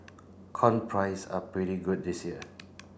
corn price are pretty good this year